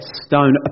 stone